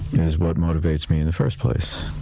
is what motivates me and the first place